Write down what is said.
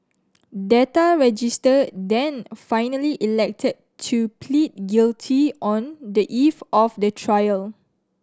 Data Register then finally elected to plead guilty on the eve of the trial